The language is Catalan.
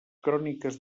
cròniques